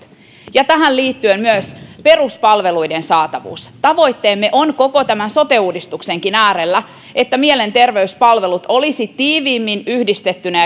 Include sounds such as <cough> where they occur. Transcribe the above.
tähän liittyy myös peruspalveluiden saatavuus tavoitteemme on koko sote uudistuksenkin äärellä että mielenterveyspalvelut olisivat tiiviimmin yhdistettynä <unintelligible>